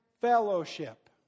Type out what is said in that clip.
fellowship